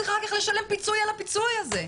צריך אחר כך לשלם פיצוי על הפיצוי הזה.